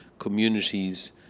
Communities